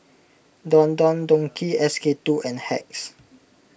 Don Don Donki S K two and Hacks